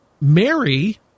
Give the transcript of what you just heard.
Mary